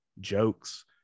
jokes